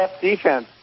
defense